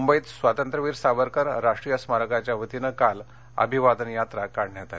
मुंबईत स्वातंत्र्यवीर सावरकर राष्ट्रीय स्मारकाच्या वतीनं काल अभिवादन यात्रा काढण्यात आली